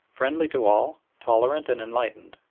friendly to all, tolerant and enlightened,